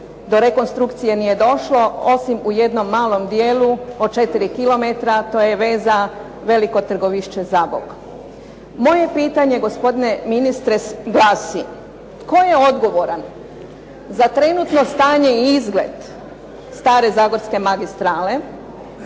Do rekonstrukcije nije došlo, osim u jednom malom dijelu od 4 kilometra, to je veza Veliko Trgovišće-Zabok. Moje pitanje gospodine ministre glasi: tko je odgovoran za trenutno stanje i izgled stare zagorske magistrale?